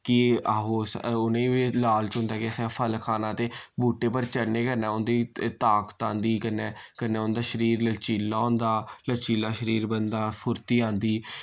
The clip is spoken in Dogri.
कि आहो उ'नें बी लालच होंदा कि असें फल खाना ते बूह्टे पर चढ़ने कन्नै उं'दी त ताकत आंदी कन्नै कन्नै उं'दा शरीर लचीला होंदा लचीला शरीर बनदा फुर्ती आंदी